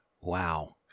wow